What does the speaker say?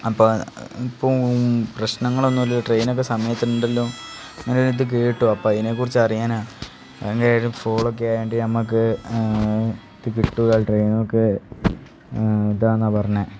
അപ്പോൾ ഇപ്പോഴും പ്രശ്നങ്ങളൊന്നൂമില്ല ട്രെയിനൊക്കെ സമയത്തിനുണ്ടല്ലോ അങ്ങനെയൊരിത് കേട്ടു അപ്പോൾ അതിനെക്കുറിച്ചറിയാനാണ് അതെങ്ങനെയായാലും ഫോളോക്ക് വേണ്ടി നമ്മൾക്ക് ഇത് കിട്ടുക ട്രെയിനിനൊക്കെ ഇതാണെന്നാണ് പറഞ്ഞത്